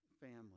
family